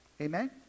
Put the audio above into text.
amen